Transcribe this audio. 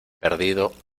perdido